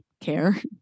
care